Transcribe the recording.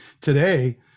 today